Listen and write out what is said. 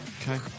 Okay